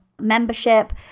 membership